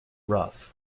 rough